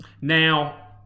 Now